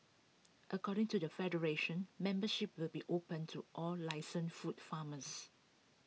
according to the federation membership will be opened to all licensed food farmers